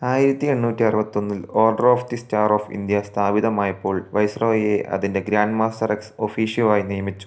ആയിരത്തി എണ്ണൂറ്റി അറുപത്തി ഒന്നിൽ order of the star of India സ്ഥാപിതമായപ്പോൾ വൈസ്രോയിയെ അതിൻ്റെ ഗ്രാൻഡ് മാസ്റ്റർ എക്സ് ഒഫീഷ്യോ ആയി നിയമിച്ചു